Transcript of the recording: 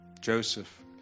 Joseph